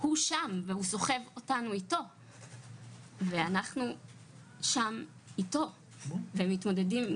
והוא סוחב אותנו איתו ואנחנו שם איתו ומתמודדים עם